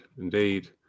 Indeed